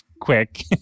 quick